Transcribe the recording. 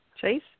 Chase